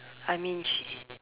I mean sh